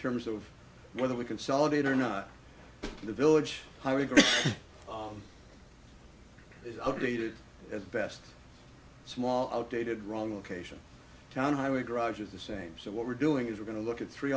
terms of whether we consolidate or not the village i agree on is updated at best small outdated wrong location town highway garages the same so what we're doing is we're going to look at three